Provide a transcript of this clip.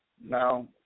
Now